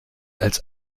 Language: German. als